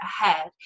ahead